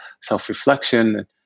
self-reflection